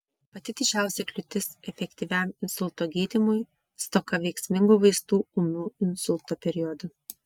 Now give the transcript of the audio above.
pati didžiausia kliūtis efektyviam insulto gydymui stoka veiksmingų vaistų ūmiu insulto periodu